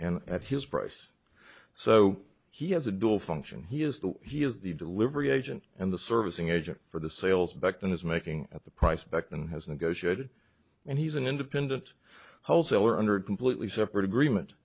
and at his price so he has a dual function he is the he is the delivery agent and the servicing agent for the sales back to his making at the price spec and has negotiated and he's an independent wholesaler under completely separate agreement